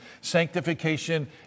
Sanctification